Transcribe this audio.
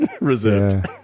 reserved